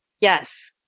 Yes